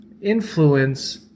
influence